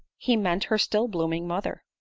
he meant her still blooming mother.